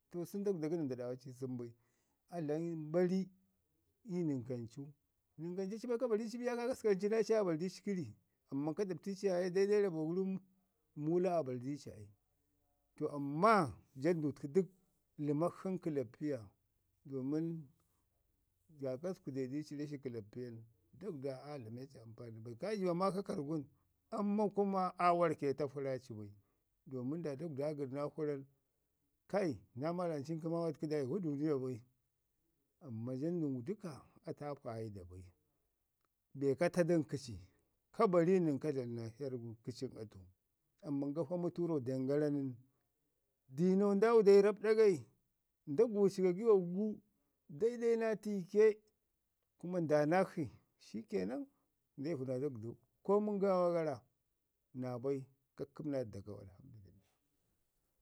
To sən daguda gənən da ɗaawa ci sən bai a dlami bari ii nən kancu, nən kanca ci ka bari ci yaye kaakasku ancu naa acin aa bari di ci kəri amma ka dapti ci yaaye daidai raabo gəri Muula aa bari dici ai. To amman, jandutku dək ləma nən kəlappiya, do min kaakasku de dici rashi kəlappiya nən, daguda aa dlame ci ampani bai. Ka jəbo maaka karrgun amman kuma aa warkata fura ci bai, domin da daguda aa gən naa fura nən, kai naa maaramcin kəma ula təku da aa iva duuniya bai. Amman jandau dəka atu aa paida bai. Be ka ta dun kəci, ka bari nən ka dlamu naa herr gun, kə cin atu. Amman gafa mətu rro dem gara nən, diinau nda wudo rrap ɗagai, nda guuci gagiwak gu, daidai naa tiike kuma nda ya nakshi, shi kenan nda ivu naa dagudau, komin gaaiwa gara naabaka kkəmi naa atu dakau.